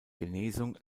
genesung